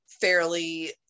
fairly